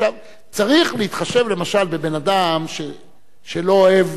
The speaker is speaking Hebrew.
צריך להתחשב למשל בבן-אדם שלא אוהב